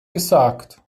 gesagt